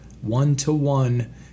one-to-one